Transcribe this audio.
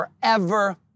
forever